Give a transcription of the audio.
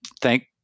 thank